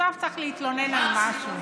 בסוף צריך להתלונן על משהו.